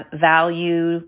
value